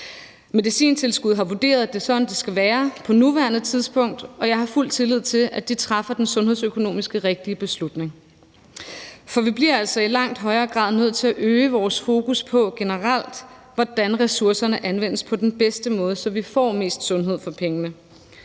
Medicintilskudsnævnet har vurderet, at det er sådan, det skal være på nuværende tidspunkt, og jeg har fuld tillid til, at de træffer den sundhedsøkonomisk rigtige beslutning. For vi bliver altså i langt højere grad nødt til generelt at øge vores fokus på, hvordan ressourcerne anvendes på den bedste måde, så vi får mest sundhed for pengene,